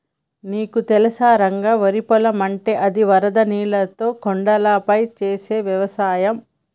నీకు తెలుసా రంగ వరి పొలం అంటే అది వరద నీరుతో కొండలపై చేసే వ్యవసాయం